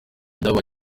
byabaye